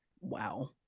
Wow